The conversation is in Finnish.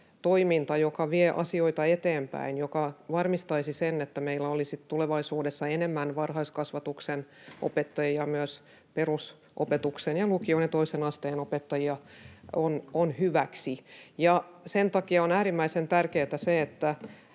joka vie asioita eteenpäin ja joka varmistaisi sen, että meillä olisi tulevaisuudessa enemmän varhaiskasvatuksen opettajia ja myös perusopetuksen ja lukion ja toisen asteen opettajia, on hyväksi. Sen takia on äärimmäisen tärkeätä, että